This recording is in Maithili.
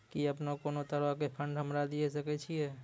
कि अपने कोनो तरहो के फंड हमरा दिये सकै छिये?